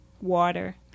water